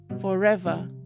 forever